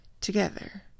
together